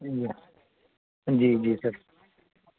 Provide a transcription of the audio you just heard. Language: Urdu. جی ہاں جی جی سر